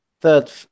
third